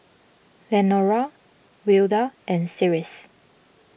Lenora Wilda and Cyrus